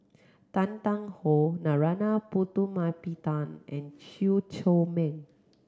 Tan Tarn How Narana Putumaippittan and Chew Chor Meng